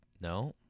No